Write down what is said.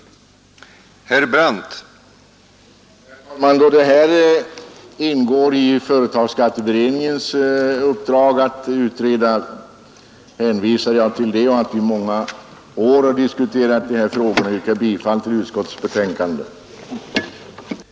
Avveckling av dubbelbeskattningen av